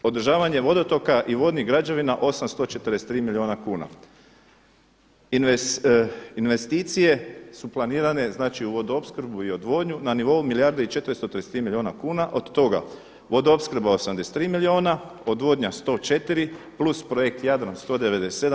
Održavanje vodotoka i vodnih građevina 843 milijuna kuna, investicije su planirane znači u vodoopskrbu i odvodnju na nivou 1 milijardu i 433 milijuna kuna od toga vodoopskrba 83 milijuna, odvodnja 104 plus projekt Jadran 197.